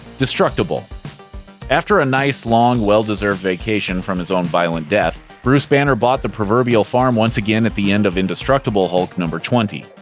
destructible after a nice, long, well-deserved vacation from his own violent death, bruce banner bought the proverbial farm once again at the end of indestructible hulk twenty.